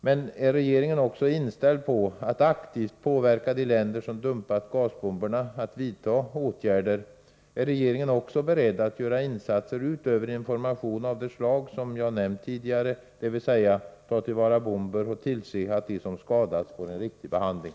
Men är regeringen också inställd på att aktivt påverka de länder som dumpat gasbomberna att vidta åtgärder? Är regeringen också beredd att göra insatser utöver information av det slag som jag nämnt tidigare, dvs. i fråga om att ta till vara bomber och tillse att de som skadas får riktig behandling?